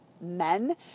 men